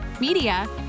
media